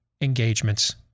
engagements